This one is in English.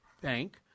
Bank